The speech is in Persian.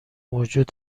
موجود